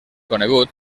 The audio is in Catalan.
conegut